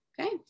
Okay